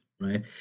right